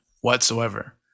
whatsoever